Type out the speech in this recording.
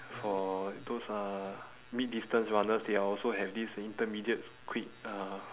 for those uh mid distance runners they are also have this intermediate quit uh